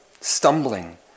stumbling